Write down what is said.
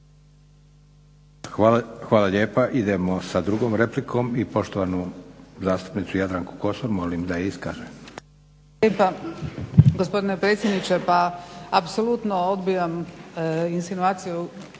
Hvala lijepa. Idemo sa drugom replikom i poštovanu zastupnicu Jadranku Kosor molim da je iskaže. **Kosor, Jadranka (HDZ)** Hvala lijepa gospodine predsjedniče. Pa apsolutno odbijam insinuaciju